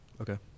Okay